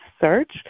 search